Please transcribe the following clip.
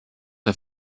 der